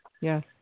Yes